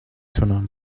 تونم